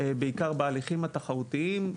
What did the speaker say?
בעיקר בהליכים התחרותיים.